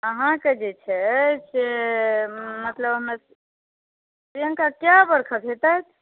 अहाँकेँ जे छै से मतलब हमर प्रियङ्का कै बरषक हेतै